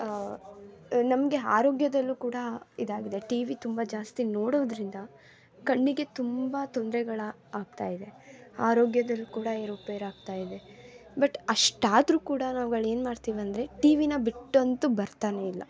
ನಮಗೆ ಆರೋಗ್ಯದಲ್ಲೂ ಕೂಡ ಇದಾಗಿದೆ ಟಿವಿ ತುಂಬ ಜಾಸ್ತಿ ನೋಡೋದರಿಂದ ಕಣ್ಣಿಗೆ ತುಂಬ ತೊಂದ್ರೆಗಳು ಆಗ್ತಾಯಿದೆ ಆರೋಗ್ಯದಲ್ಲಿ ಕೂಡ ಏರುಪೇರಾಗ್ತಾ ಇದೆ ಬಟ್ ಅಷ್ಟಾದರೂ ಕೂಡ ನಾವ್ಗಳು ಏನು ಮಾಡ್ತೀವೆಂದ್ರೆ ಟಿವಿನ ಬಿಟ್ಟಂತೂ ಬರ್ತಲೇ ಇಲ್ಲ